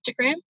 Instagram